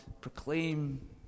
Proclaim